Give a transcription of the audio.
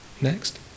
Next